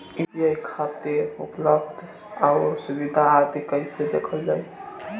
UPI खातिर उपलब्ध आउर सुविधा आदि कइसे देखल जाइ?